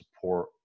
support